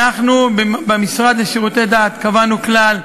אנחנו, במשרד לשירותי דת, קבענו כלל,